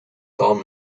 dam